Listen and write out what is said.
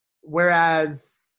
Whereas